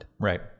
right